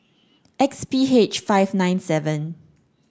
X P H five nine seven